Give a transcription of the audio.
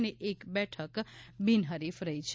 અને એક બેઠક બિનહરીફ રહી છે